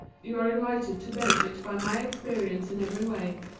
you are invited to benefit by my experience in every way.